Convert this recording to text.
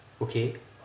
okay